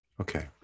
Okay